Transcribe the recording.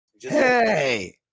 Hey